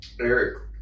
Eric